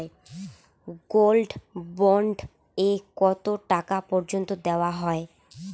Gold bond এ কতো টাকা পর্যন্ত দেওয়া হয়?